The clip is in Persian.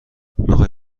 میخوای